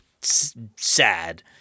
sad